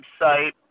website